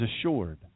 assured